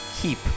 Keep